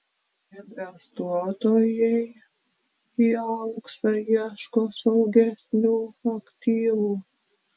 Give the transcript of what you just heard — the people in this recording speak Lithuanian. investuotojai į auksą ieško saugesnių aktyvų